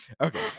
okay